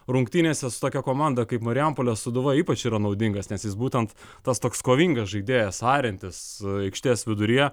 rungtynėse su tokia komanda kaip marijampolės sūduva ypač yra naudingas nes jis būtent tas toks kovingas žaidėjas ariantis aikštės viduryje